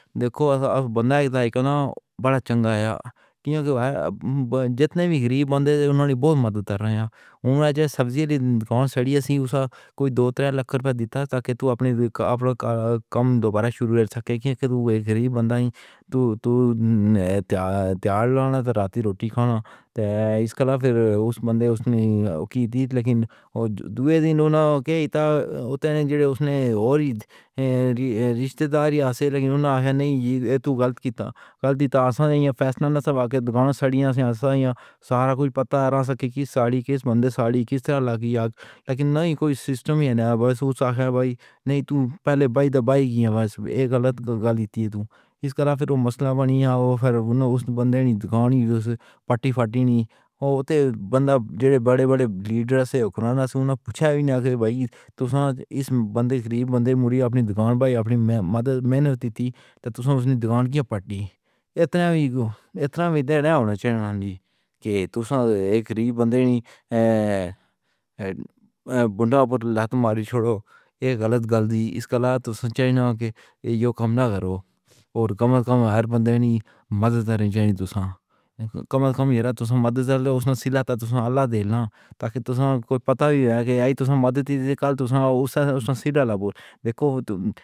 دیکھو بندہ بڑا چنگا ہے۔ کیوں؟ کیوں کہ جتنے بھی غریب بندے انہوں نے بہت مدد کر رہے ہیں۔ انہوں نے سبزی کی دکان چڑھی تھی۔ کوئی دو ترے لکھ روپے دیتا تھا کہ تو اپنی کم دوبارہ شروع کر سکے۔ کیوں کہ وے غریب بندے تو۔ تو تیار تو راتی روٹی کھانا ہے۔ پھر اس بندے اس نے کی تھی۔ لیکن دوسرے دن ہوتا ہیں جنہوں نے اس نے اور رشتے دار یہاں سے لیکن ان سے نہیں تو غلط کی تھی۔ غلطی تھا۔ آسان ہے یا فیصلہ نہ ساوَک دکان ساڑھیاں سے سارا کچھ پتا ہے کہ کس ساڑی کس بندے ساڑی کس طرح لگی؟ لیکن کوئی سسٹم نہیں ہے۔ بس وو کہہ رہا ہے بھائی نہیں تو پہلے بائی دبائے گیا ہے بس ایک غلط گلی تو اس طرح پھر مسئلہ بنیا پھر اس بندے نے دکھاؤ پٹی وٹی نہیں اوٹے بندہ جڑے بڑے بڑے لیڈر سے اکھاڑنا پوچھا بھی نا کے بھائی تو بندے غریب بندے موری اپنی دکان بھائی اپنی مدد میں نے دی تھی تو اس نے دکان کیوں پٹی اتنا بھی جانا چاہیے کہ تم ایک غریب بندے نے۔ بوندہ پر لاتماری چھوڑو۔ یے غلط گلی اس کے علاوہ تو یہ کمَل کرو اور کم کم ہر بندے نے مدد۔ کم کم ہے تو مدد اسے تو اللہ دے تاکہ تو کوئی پتا بھی نہیں کہ آئی مدد۔ کل تو سیریلہ بول دیکھو تو۔